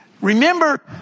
Remember